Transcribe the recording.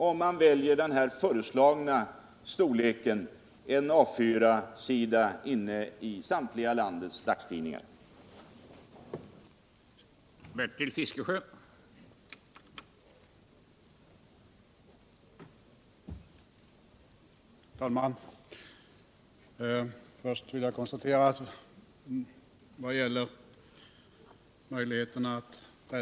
Om man väljer den föreslagna storleken, en A 4-sida inne i samtliga landets dagstidningar, får man ut informaticnen 10 gånger.